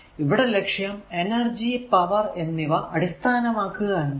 ഇവിടെ ലക്ഷ്യം energy power എന്നിവ അടിസ്ഥാനമാക്കുക എന്നതാണ്